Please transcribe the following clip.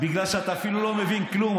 בגלל שאתה אפילו לא מבין כלום.